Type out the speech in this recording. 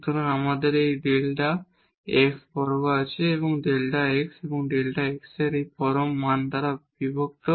সুতরাং আপনার এই ডেল্টা x বর্গ আছে এবং ডেল্টা x এবং ডেল্টা x এর এই পরম মান দ্বারা বিভক্ত